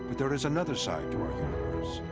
there is another side to our